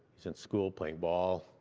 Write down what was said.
he's in school, playing ball,